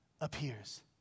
appears